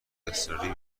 اضطراری